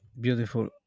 beautiful